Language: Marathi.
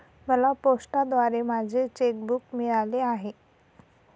मला पोस्टाद्वारे माझे चेक बूक मिळाले आहे